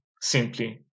simply